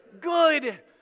good